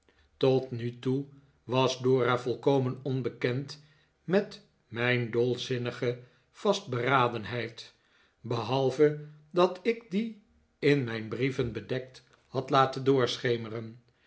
tot nu toe was dora volkomen onbekehd met mijn dolzinnige vastberadenheid behalve dat ik die in mijn brieven bedekt had laten doorschemeren